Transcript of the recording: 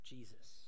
Jesus